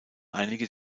einige